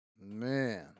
Man